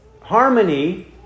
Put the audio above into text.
harmony